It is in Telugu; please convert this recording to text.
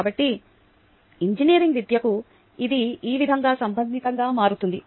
కాబట్టి ఇంజనీరింగ్ విద్యకు ఇది ఈ విధంగా సంబంధితంగా మారుతుంది